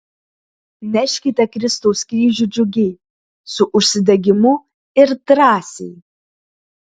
neškite kristaus kryžių džiugiai su užsidegimu ir drąsiai